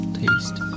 taste